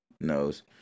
knows